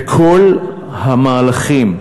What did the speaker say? וכל המהלכים שבוצעו,